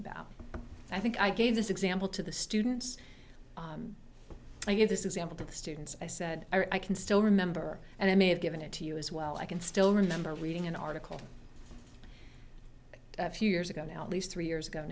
about i think i gave this example to the students i give this example to the students i said i can still remember and i may have given it to you as well i can still remember reading an article a few years ago now at least three years ago